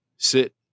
sit